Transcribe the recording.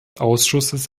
ausschusses